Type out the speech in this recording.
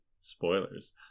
spoilers